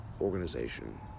organization